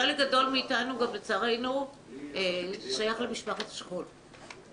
חלק גדול מאתנו, לצערנו, שייך למשפחת השכול.